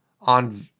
on